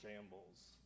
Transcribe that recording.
shambles